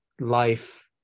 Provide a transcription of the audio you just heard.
life